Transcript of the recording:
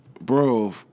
bro